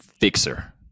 fixer